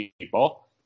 people